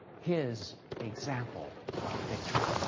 his example of victory.